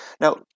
now